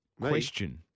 question